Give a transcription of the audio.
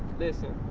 listen.